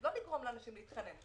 לא לגרום לאנשים להתחנן,